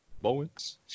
Bowens